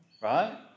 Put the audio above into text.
Right